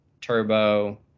turbo